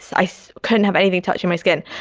i so couldn't have anything touching my skin.